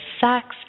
sex